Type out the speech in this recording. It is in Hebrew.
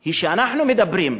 היא שאנחנו מדברים,